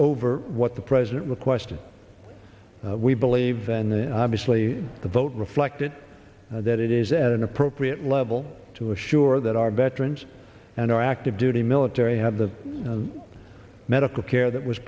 over what the president requested we believe and obviously the vote reflected that it is at an appropriate level to assure that our veterans and our active duty military have the medical care that was